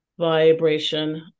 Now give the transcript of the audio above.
vibration